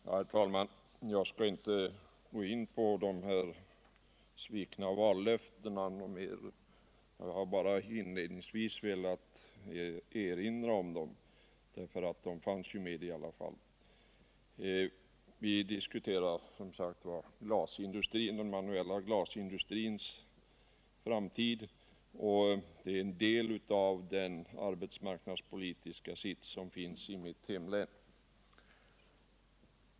Herr talman! Jag skall inte ytterligare gå in på de svikna vallöftena. Jag har bara inledningsvis velat erinra om dem, eftersom de ändå fanns med i bilden. Vi diskuterar den manuella glasindustrins framtid, och det är en del av den arbetsmarknadspolitiska sits som finns i mitt hemlän.